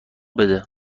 بده